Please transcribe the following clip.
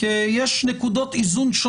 כי יש נקודות איזון.